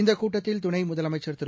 இந்த கூட்டத்தில் துணை முதலமைச்சள் திரு